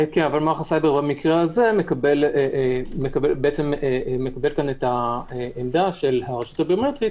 אבל מערך הסיבר במקרה הזה את העמדה של הרשות הביומטרית.